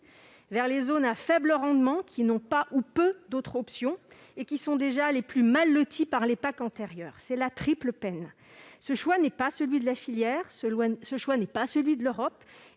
vers les zones à faibles rendements, qui n'ont pas ou peu d'autres options et qui sont déjà les mal-lotis des PAC antérieures. C'est la triple peine ! Ce choix n'est ni celui de la filière ni celui de l'Europe.